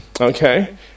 Okay